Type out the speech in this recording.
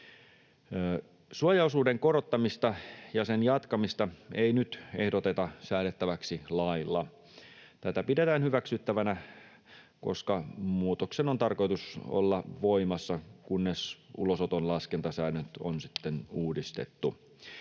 Suojaosuuden korottamista ja sen jatkamista ei nyt ehdoteta säädettäväksi lailla. Tätä pidetään hyväksyttävänä, koska muutoksen on tarkoitus olla voimassa, kunnes ulosoton laskentasäännöt on sitten uudistettu.